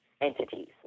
entities